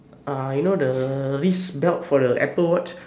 ah you know the wrist belt for the apple watch